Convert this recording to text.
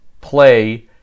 play